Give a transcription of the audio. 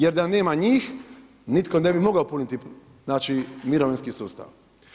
Jer da nema njih, nitko ne bi mogao puniti mirovinski sustav.